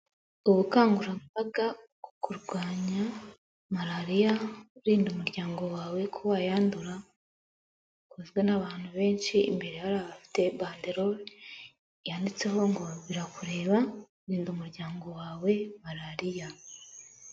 Ubukangurambaga ku kurwanya Malariya urinda umuryango wawe ko wayandura, ukozwe n'abantu benshi, imbere hari abafite bandelore yanditseho ngo: "Birakureba, rinda umuryango wawe Malariya."